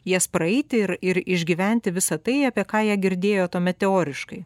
jas praeiti ir ir išgyventi visa tai apie ką jie girdėjo tuomet teoriškai